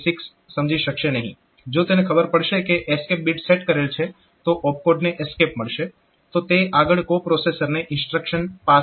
જો તેને ખબર પડશે કે એસ્કેપ બીટ સેટ કરેલ છે તો ઓપકોડને એસ્કેપ મળશે તો તે આગળ કો પ્રોસેસર્સને ઇન્સ્ટ્રક્શન પાસ કરશે